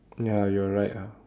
ya you're right ah